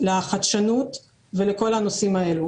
לחדשנות ולכל הנושאים האלה